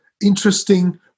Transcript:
interesting